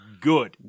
Good